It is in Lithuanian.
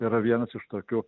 yra vienas iš tokių